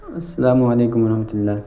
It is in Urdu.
السلام علیکم و رحمتہ اللہ